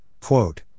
quote